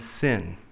sin